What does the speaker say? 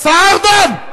השר ארדן.